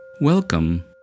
Welcome